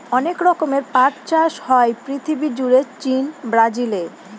অনেক রকমের পাট চাষ হয় পৃথিবী জুড়ে চীন, ব্রাজিলে